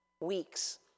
weeks